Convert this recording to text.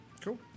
cool